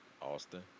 Austin